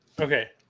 Okay